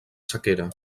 sequera